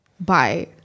bye